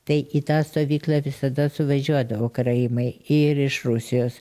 tai į tą stovyklą visada suvažiuodavo karaimai ir iš rusijos